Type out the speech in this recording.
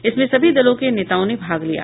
इसमें सभी दलों के नेताओं ने भाग लिया